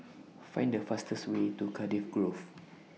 Find The fastest Way to Cardiff Grove